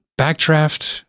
Backdraft